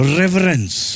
reverence